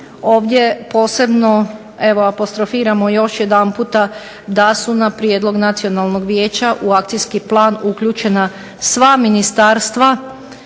Ovdje posebno, evo apostrofiramo još jedanputa da su na prijedlog Nacionalnog vijeća u akcijski plan uključena sva ministarstva